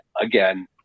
again